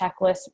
checklist